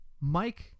Mike